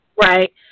Right